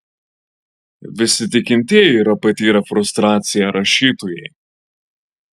visi tikintieji yra patyrę frustraciją rašytojai